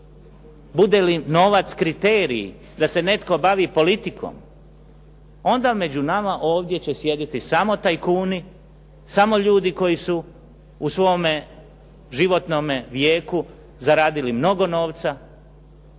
Bude li novac kriterij da se netko bavi politikom, onda među nama ovdje će sjediti samo tajkuni, samo ljudi koji su u svome životnome vijeku zaradili mnogo novca,